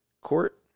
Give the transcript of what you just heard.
court